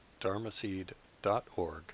dharmaseed.org